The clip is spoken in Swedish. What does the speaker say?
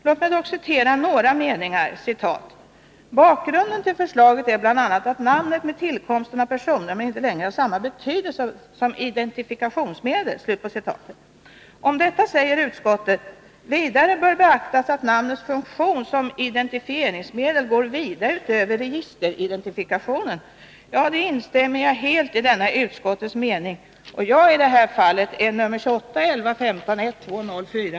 Låt mig dock citera några meningar ur betänkandet: ”Bakgrunden till förslaget i denna del är bl.a. att namnet med tillkomsten av personnumren inte längre har samma betydelse som identifikationsmedel.” Om detta säger utskottet: ”Vidare bör beaktas att namnets funktion som identifieringsmedel går vida utöver registeridentifikationen.” Jag instämmer helt i denna utskottets mening, och jag är i det här fallet nr 281115-1204.